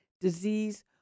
disease